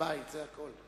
בבית מספיק, זה הכול.